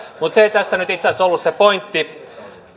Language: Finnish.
mutta se ei tässä nyt itse asiassa ollut se pointti